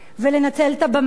ולנצל את הבמה,